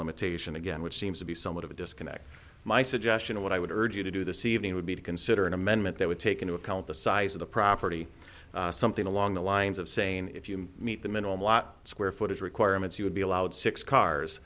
limitation again which seems to be somewhat of a disconnect my suggestion what i would urge you to do the seeding would be to consider an amendment that would take into account the size of the property something along the lines of saying if you meet the minimum lot square footage requirements you would be allowed six cars